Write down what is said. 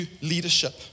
leadership